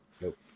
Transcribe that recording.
nope